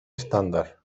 estándar